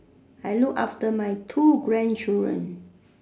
I look after my two grandchildren